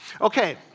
Okay